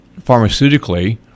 pharmaceutically